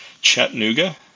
Chattanooga